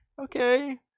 Okay